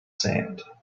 sand